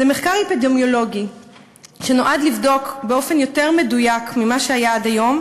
זה מחקר אפידמיולוגי שנועד לבדוק באופן יותר מדויק ממה שהיה עד היום,